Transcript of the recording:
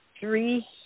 three